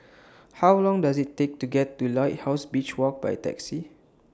How Long Does IT Take to get to Lighthouse Beach Walk By Taxi